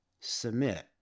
submit